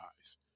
eyes